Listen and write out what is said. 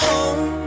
Home